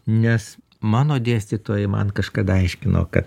nes mano dėstytojai man kažkada aiškino kad